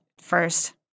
first